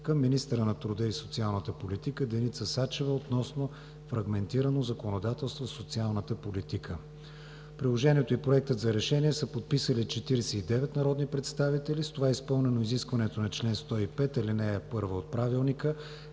към министъра на труда и социалната политика Деница Сачева относно фрагментирано законодателство в социалната политика. Приложението и Проектът за решение са подписали 49 народни представители и с това е изпълнено изискването на чл. 105, ал. 1 от Правилника